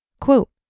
Quote